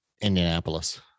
Indianapolis